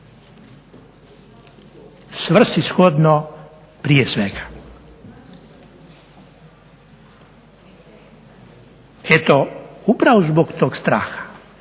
Svrsishodno prije svega. Eto upravo zbog tog straha